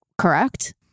correct